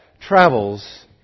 travels